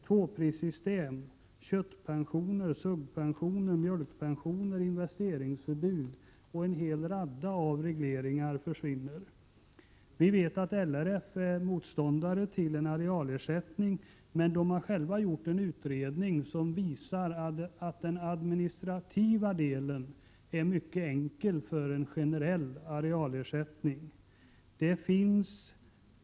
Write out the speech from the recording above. Tvåprissystem, köttpensioner, suggpensioner, mjölkpensioner, investeringsförbud och en hel rad av andra regleringar försvinner. Vi vet att LRF är motståndare till en arealersättning, men man har själv gjort en utredning som visar att den administrativa delen för en generell arealersättning är mycket enkel.